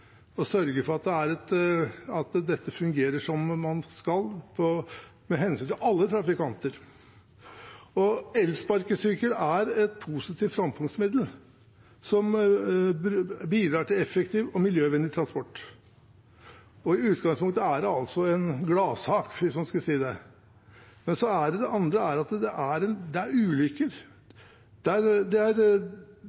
at dette fungerer som det skal for alle trafikanter. Elsparkesykkel er et positivt framkomstmiddel som bidrar til effektiv og miljøvennlig transport. I utgangspunktet er dette en gladsak, hvis man kan si det. Men så er det ulykker. Vi er stilt overfor en situasjon der vi er nødt til å rydde opp. Det er